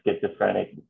schizophrenic